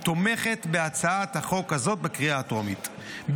תומכת בהצעת החוק הזאת בקריאה הטרומית,